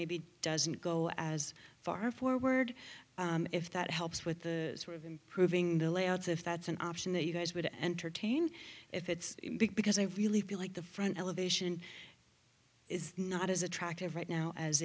maybe doesn't go as far forward if that helps with the sort of improving the layouts if that's an option that you guys would entertain if it's big because i really feel like the front elevation it's not as attractive right now as